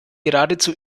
geradezu